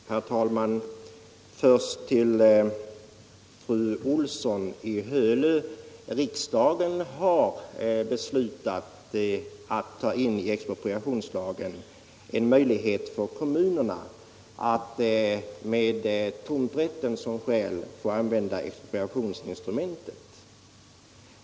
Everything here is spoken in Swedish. Nr 72 Herr talman! Först vill jag säga till fru Olsson i Hö Riksdagen har Onsdagen den beslutat att i expropriationslagen ta in en möjlighet för kommunerna 25 februari 1976 att med tomträtten som skäl få använda expropriationsinstrumentet.